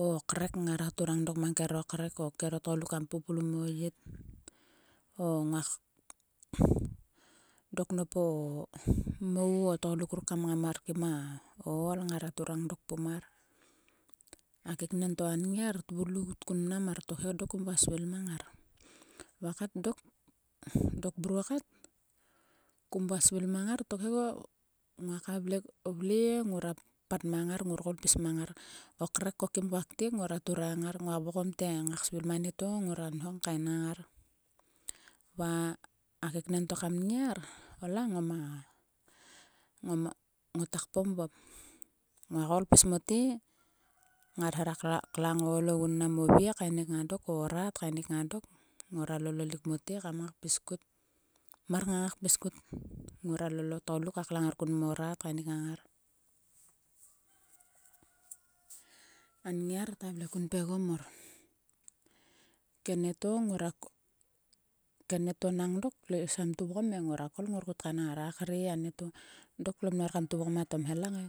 O o krek ngara turang dok mang kero krek. Kero tgoluk kam poplum o yit. O nguak. dok nop o mou o tgoluk ruk kam ngam mar kim a o ool ngara turang dok pum mar. A keknen to a nngiar tvulout kun mnam mar tokhe dok kum vua svil mang ngar. Va kat dok. dok mruo kat. kum vua svil mang ngar tokhe. Nguaka vle. ngora pat mang ngar ngor koul pis mang ngar. O krek ko kim kua ktiek ngora turang ngar. Nguak vokom te ngak svil ma nieto ngora nhong kaenngang ngar. Va a keknen to kan nngiar. ola ngom. ngoma. ngota kpom vop. Nguak koul pis mote. ngar hera klang o ool ogun mnam o vie kaenik nga dok o o rat kaenik nga dok. Ngora lolok rik mote kam ngau kpis kut mar ngak ngai kpis kut ngora lol o tgoluk kaelik kun mo rat kaenik ngang ngar. a nngiar ta vle kun pgegom mor. Kenieto. keneto nang dok klo is kam tuvgom e. Ngora kol ngor kut kaen nga ngar. A kre o dok mnor kam tuvgom a tomhelange.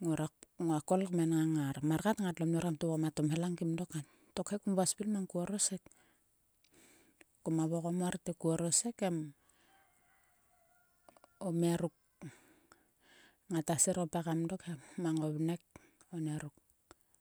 Ngora nguak kol kmenngang ngar. Mar kat ngatlo mnor kam tuvgom a tomhelang kim dok e. Tokhe kumvua svil mang korosek. Koma vokommar te korosek em o mia ruk ngata sir pekam dok he mang o vnek o nieruk.